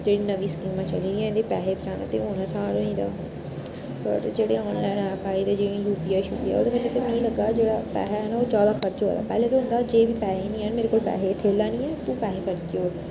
जेह्ड़ी नमीं स्कीमां चली दियां एह्दे च पैहे बचाने ते होर आसन होई गेदा पर जेहड़े आनलाइन पैहे न जियां यू पी आई शु पी आई ओह्दे बीच मी लग्गा दा जेह्ड़ा पैहा ऐ ना ओह् ज्यादा खर्च होआ दा पैह्ले केह् होंदा हा जेब च पैहे नि ठेला नि ऐ तू पैहे खर्ची ओड़